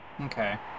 Okay